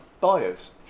buyers